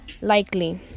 likely